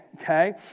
Okay